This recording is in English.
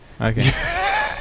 Okay